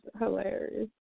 hilarious